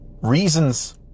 Reasons